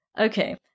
okay